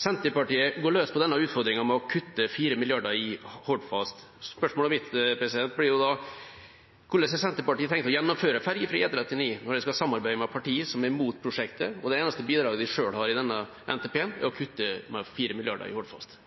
Senterpartiet går løs på denne utfordringen med å kutte 4 mrd. kr i Hordfast. Spørsmålet mitt blir da: Hvordan har Senterpartiet tenkt å gjennomføre fergefri E39 når de skal samarbeide med parti som er imot prosjektet, og det eneste bidraget de selv har i forbindelse med denne NTP-en, er å kutte 4 mrd. kr i Hordfast?